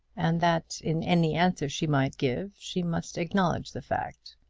and that in any answer she might give she must acknowledge the fact.